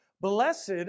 Blessed